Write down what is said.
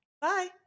Bye